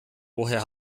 woher